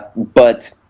but